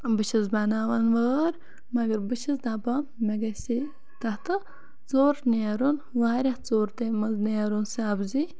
بہٕ چھَس بَناوان وٲر مگر بہٕ چھَس دَپان مےٚ گَژھِ ہے تتھِ ژوٚر نیرُن واریاہ ژوٚر تمہِ مَنٛز نیرُن سبزی